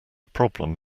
problem